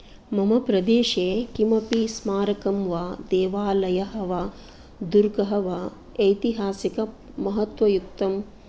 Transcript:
मम प्रदेशे किमपि स्मारकं वा देवालयः वा दुर्गः वा ऐतिहासिकमहत्त्वयुक्तं